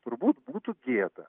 turbūt būtų gėda